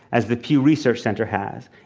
as the pew research center has,